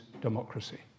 democracy